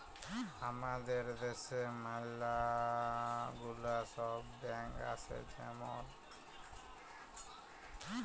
হামাদের দ্যাশে ম্যালা গুলা সব ব্যাঙ্ক আসে যেমল